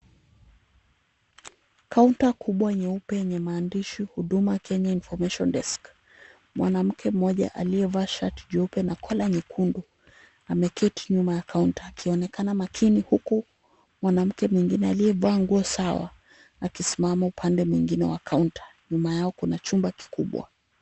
Kaunta kubwa nyeupe yenye maandishi Huduma Kenya Information Desk , mwanamke mmoja aliyevaa shati jeupe na kola nyekundu, ameketi nyuma ya kaunta akionekana makini huku mwanamke mwingine aliyevaa nguo sawa akisimama upande mwingine wa kaunta, nyuma yao kuna chumba kikubwa.